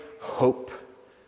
hope